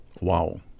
Wow